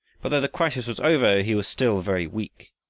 but though the crisis was over, he was still very weak,